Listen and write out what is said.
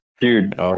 Dude